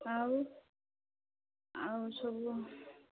ଆଉ ଆଉ ସବୁ